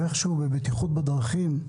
איכשהו, בבטיחות בדרכים יש